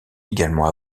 également